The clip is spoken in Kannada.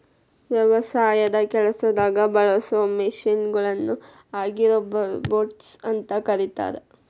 ವ್ಯವಸಾಯದ ಕೆಲಸದಾಗ ಬಳಸೋ ಮಷೇನ್ ಗಳನ್ನ ಅಗ್ರಿರೋಬೊಟ್ಸ್ ಅಂತ ಕರೇತಾರ